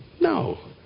No